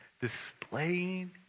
displaying